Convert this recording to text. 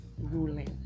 ruling